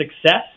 success